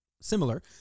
similar